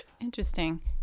Interesting